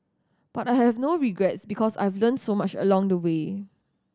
but I have no regrets because I've learnt so much along the way